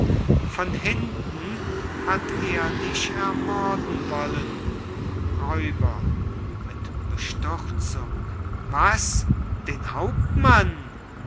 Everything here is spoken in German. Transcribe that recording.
von hinten hat er dich ermorden wollen räuber mit bestürzung was den hauptmann